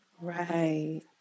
Right